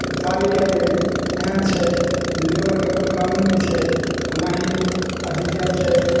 उतारैके लेल एहन छै जे लेबरके कोइ कामे नहि छै ओनाहि अथी कएल छै